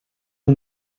who